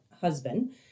husband